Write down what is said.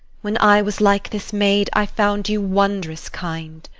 when i was like this maid, i found you wondrous kind.